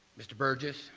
mr. burgess,